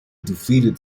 defeated